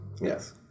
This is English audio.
Yes